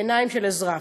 בעיניים של אזרח.